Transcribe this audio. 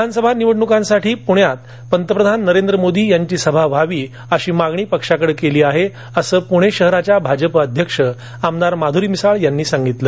विधानसभा निवडणुकीसाठी पूण्यात पंतप्रधान नरेंद्र मोदी यांची सभा व्हावी अशी मागणी पक्षाकडे केली आहेअसं पुणे शहर भाजपच्या अध्यक्ष आमदार माधुरी मिसाळ यांनी सांगितलं